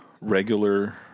regular